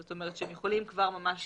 זאת אומרת שהם יכולים כבר ממש